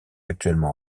actuellement